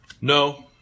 No